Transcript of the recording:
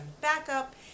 backup